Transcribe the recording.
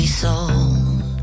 sold